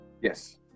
Yes